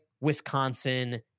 Wisconsin